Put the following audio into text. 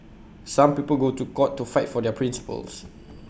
some people go to court to fight for their principles